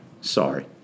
sorry